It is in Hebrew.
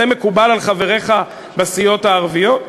זה מקובל על חבריך בסיעות הערביות?